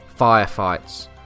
firefights